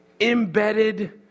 embedded